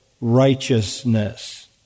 righteousness